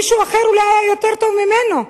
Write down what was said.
מישהו אחר אולי היה יותר טוב ממנו,